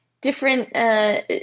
different